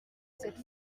cette